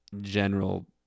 general